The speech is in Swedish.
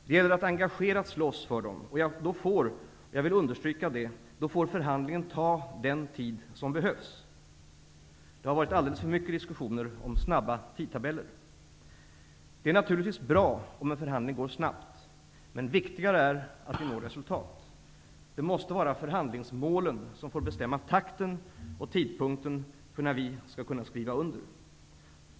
Det gäller att engagerat slåss för dem och då får -- jag vill understryka det -- förhandlingen ta den tid som behövs. Det har varit alldeles för mycket diskussioner om ''snabba'' tidtabeller. Det är naturligtvis bra om en förhandling går snabbt, men viktigare är att vi når resultat. Det måste vara förhandlingsmålen som får bestämma takten och tidpunkten för när vi skall kunna skriva under.